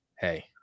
Hey